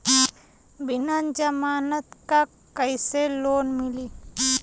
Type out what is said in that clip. बिना जमानत क कइसे लोन मिली?